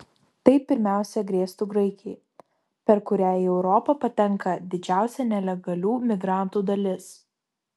tai pirmiausia grėstų graikijai per kurią į europą patenka didžiausia nelegalių migrantų dalis